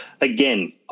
again